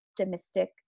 optimistic